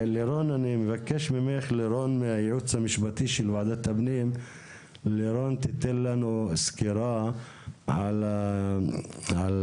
לירון מהייעוץ המשפטי של ועדת הפנים תיתן לנו סקירה על ההכשר